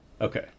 Okay